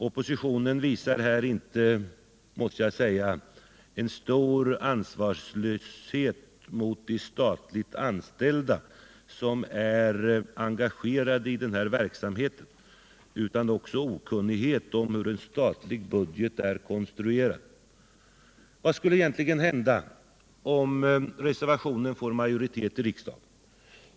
Oppositionen visar här inte bara en total ansvarslöshet mot de statligt anställda som är engagerade i den här verksamheten, utan också okunnighet om hur en statlig budget är konstruerad. Vad skulle egentligen hända om reservationen får majoritet i riksdagen?